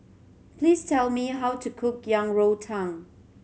please tell me how to cook Yang Rou Tang